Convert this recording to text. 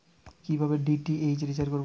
কিভাবে DTH recharge করব?